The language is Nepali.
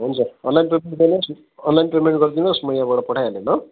हुन्छ अनलाइन पेमेन्ट गर्नुहोस् अनलाइन पेमेन्ट गरिदिनुहोस् म यहाँबाट पठाइहालेँ ल